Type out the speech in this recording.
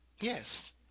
yes